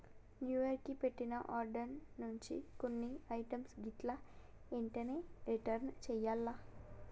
new year కి పెట్టిన orders నుంచి కొన్ని ఐటమ్స్ గిట్లా ఎంటనే రిటర్న్ చెయ్యాల్ల